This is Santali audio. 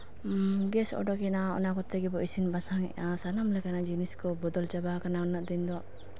ᱜᱮᱥ ᱩᱰᱩᱠᱮᱱᱟ ᱚᱱᱟᱠᱚᱛᱮ ᱜᱮᱵᱚᱱ ᱤᱥᱤᱱ ᱵᱟᱥᱟᱝ ᱮᱫᱟ ᱥᱟᱱᱟᱢ ᱞᱮᱠᱟᱱᱟᱜ ᱡᱤᱱᱤᱥ ᱠᱚ ᱵᱚᱫᱚᱞ ᱪᱟᱵᱟᱣᱟᱠᱟᱱᱟ ᱩᱱᱟᱹᱜ ᱫᱤᱱ ᱫᱚ